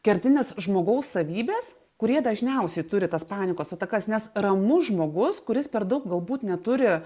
kertinės žmogaus savybės kurie dažniausiai turi tas panikos atakas nes ramus žmogus kuris per daug galbūt neturi